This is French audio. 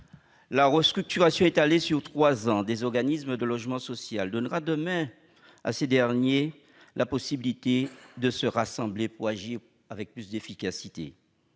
la restructuration, étalée sur trois ans, des organismes de logement social donnera demain à ces derniers la possibilité de se rassembler pour agir avec plus d'efficacité.